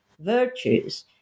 virtues